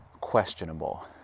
questionable